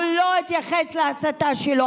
הוא לא התייחס להסתה שלו,